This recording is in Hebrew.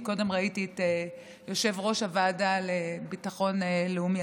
קודם ראיתי את יושב-ראש הוועדה לביטחון לאומי,